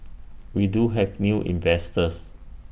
we do have new investors